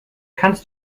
kannst